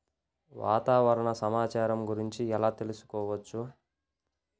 వాతావరణ సమాచారము గురించి ఎలా తెలుకుసుకోవచ్చు?